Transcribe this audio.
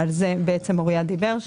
ועל זה אוריה דיבר.